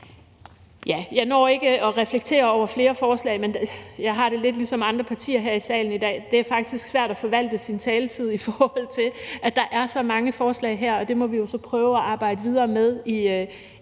Jeg når ikke at reflektere over flere forslag, og jeg har det lidt, ligesom andre partier her i salen i dag har det, nemlig på den måde, at det faktisk er svært at forvalte sin taletid, i forhold til at der er så mange forslag her. Men det må vi jo så prøve at arbejde videre med